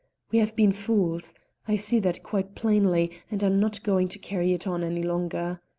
we have been fools i see that quite plainly and i'm not going to carry it on any longer.